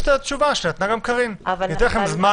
יש את התשובה שנתנה גם קארין: ניתן לכם זמן מוגבל.